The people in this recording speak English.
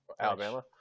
Alabama